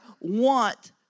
want